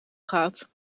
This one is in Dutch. gaat